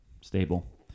Stable